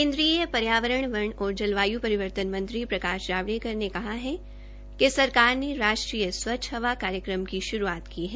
केन्द्रीय र्यावरण वन और जलवायु रिवर्तन मंत्री प्रकाश जावड़ेकर ने कहा है कि सरकार ने राष्ट्रीय स्वच्छ हवा कार्यक्रम की श्रूआत की है